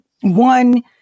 one